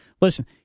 Listen